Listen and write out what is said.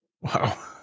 Wow